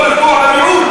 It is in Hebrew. במינימום, לא לפגוע במיעוט.